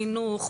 חינוך,